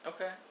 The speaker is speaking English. Okay